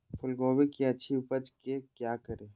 फूलगोभी की अच्छी उपज के क्या करे?